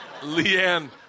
Leanne